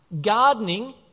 gardening